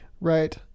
Right